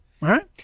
Right